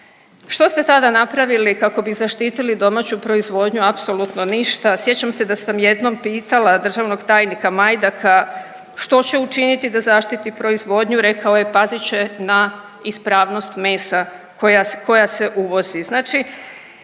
Što ste tada napravili kako bi zaštitili domaću proizvodnju? Apsolutno ništa. Sjećam se da sam jednom pitala državnog tajnica Majdaka, što će učiniti da zaštiti proizvodnju? Rekao je pazit će na ispravnost mesa koja se uvozi. Znači